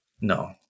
No